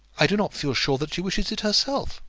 i do not feel sure that she wishes it herself.